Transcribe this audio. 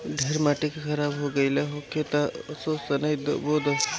ढेर माटी खराब हो गइल होखे तअ असो सनइ बो दअ